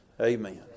Amen